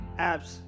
apps